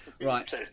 Right